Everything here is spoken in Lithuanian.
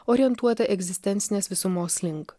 orientuotą egzistencinės visumos link